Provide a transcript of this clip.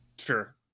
Sure